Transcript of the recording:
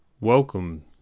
Welcome